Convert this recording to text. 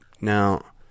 Now